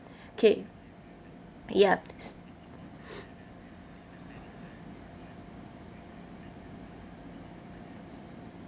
okay ya